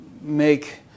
make